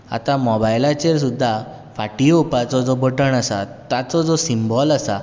आतां मोबायलाचेर सुद्दां फाटीं येवपाचो जो बटन आसा ताचो जो सिम्बॉल आसा